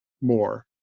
more